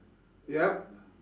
yup